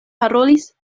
parolis